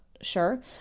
sure